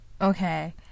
okay